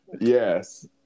Yes